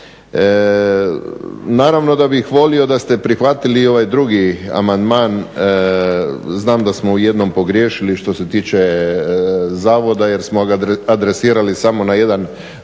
Naravno da bih volio da ste prihvatili ovaj drugi amandman, znam da smo u jednom pogriješili što se tiče zavoda jer smo ga adresirali samo na jedan